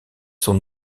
son